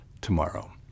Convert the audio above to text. tomorrow